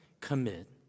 commit